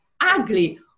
ugly